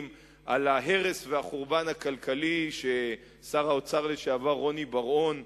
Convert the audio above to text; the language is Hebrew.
על ההרס והחורבן הכלכלי ששר האוצר לשעבר רוני בר-און,